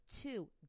two